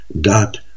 dot